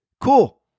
cool